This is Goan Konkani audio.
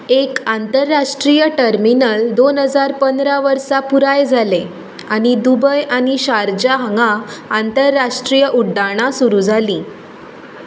एक आंतरराश्ट्रीय टर्मिनल दोन हजार पंदरा वर्सा पुराय जालें आनी दुबय आनी शारजा हांगा आंतरराश्ट्रीय उड्डाणां सुरू जालीं